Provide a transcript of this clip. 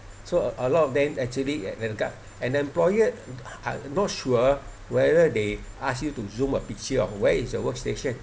so a lot of them actually and employer are not sure whether they ask you to zoom a picture of where is your workstation